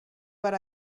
but